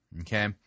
okay